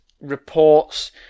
reports